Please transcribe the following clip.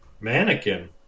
mannequin